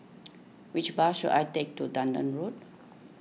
which bus should I take to Dunearn Road